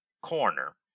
corner